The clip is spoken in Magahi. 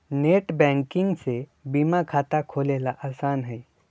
नेटबैंकिंग से बीमा खाता खोलेला आसान हई